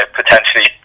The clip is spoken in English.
potentially